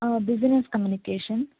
business communication